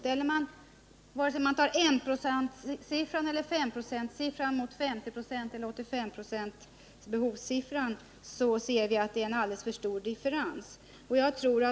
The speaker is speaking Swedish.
Jämför man 1 96 eller 5 926 med 50 96 eller 85 20, finner man att det är alldeles för stor differens.